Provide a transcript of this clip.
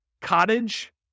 Cottage